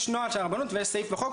יש נוהל של הרבנות ויש סעיף בחוק,